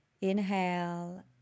inhale